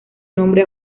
nombre